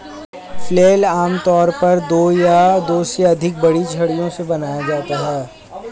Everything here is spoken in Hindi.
फ्लेल आमतौर पर दो या दो से अधिक बड़ी छड़ियों से बनाया जाता है